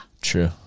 True